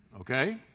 Okay